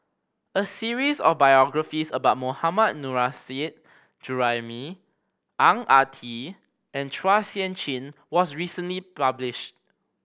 a series of biographies about Mohammad Nurrasyid Juraimi Ang Ah Tee and Chua Sian Chin was recently publish